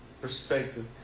Perspective